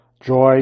joy